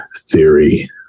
theory